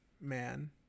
man